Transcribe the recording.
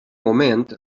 moment